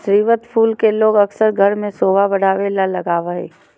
स्रीवत फूल के लोग अक्सर घर में सोभा बढ़ावे ले लगबा हइ